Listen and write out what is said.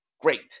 great